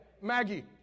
Maggie